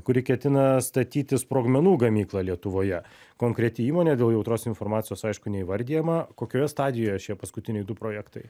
kuri ketina statyti sprogmenų gamyklą lietuvoje konkreti įmonė dėl jautrios informacijos aišku neįvardijama kokioje stadijoje šie paskutiniai du projektai